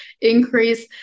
increase